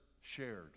shared